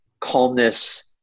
calmness